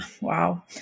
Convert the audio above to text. Wow